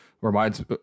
reminds